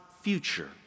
future